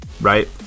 right